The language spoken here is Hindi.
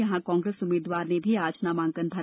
यहां कांग्रेस उम्मीदवार ने भी आज नामांकन भरा